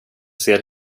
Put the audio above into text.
ser